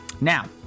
Now